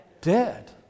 Dead